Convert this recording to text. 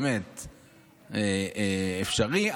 באמת אפשרי,